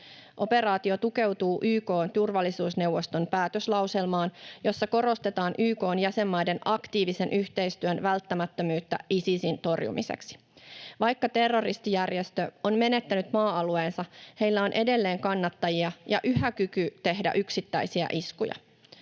Operaatio tukeutuu YK:n turvallisuusneuvoston päätöslauselmaan, jossa korostetaan YK:n jäsenmaiden aktiivisen yhteistyön välttämättömyyttä Isisin torjumiseksi. Vaikka terroristijärjestö on menettänyt maa-alueensa, sillä on edelleen kannattajia ja yhä kyky tehdä yksittäisiä iskuja.